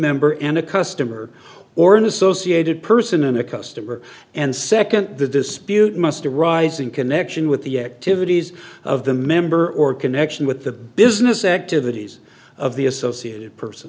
member and a customer or an associated person and a customer and second the dispute must arise in connection with the activities of the member or connection with the business activities of the associated person